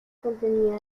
contenía